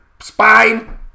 spine